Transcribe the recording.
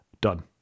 done